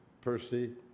Percy